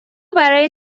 برای